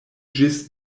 ĝis